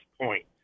point